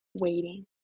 waiting